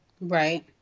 Right